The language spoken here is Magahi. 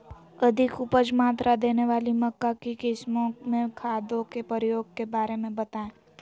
अधिक उपज मात्रा देने वाली मक्का की किस्मों में खादों के प्रयोग के बारे में बताएं?